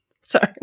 Sorry